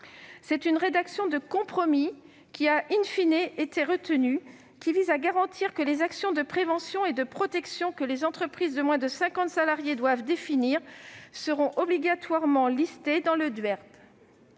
C'est une rédaction de compromis qui a été retenue elle vise à garantir que les actions de prévention et de protection que les entreprises de moins de cinquante salariés doivent définir seront obligatoirement listées dans le DUERP.